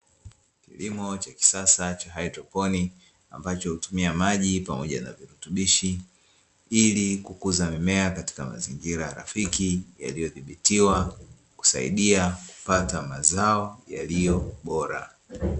Kilimo cha kisasa cha haidroponi ambacho hutumia maji pamoja na virutubishi ili kukuza mimea katika mazingira rafiki yaliyodhibitiwa kusaidia kupata mazao yaliyo bora.